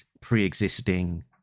pre-existing